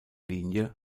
linie